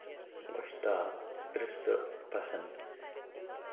گۄشتابہٕ رِستہٕ پَسند